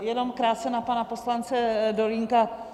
Jenom krátce na pana poslance Dolínka.